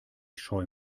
scheu